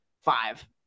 five